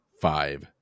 five